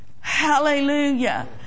Hallelujah